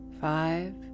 Five